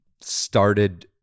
started